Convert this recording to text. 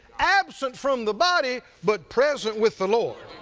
absent from the body, but present with the lord.